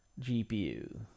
gpu